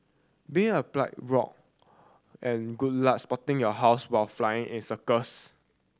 being a pilot rock and good luck spotting your house while flying in circles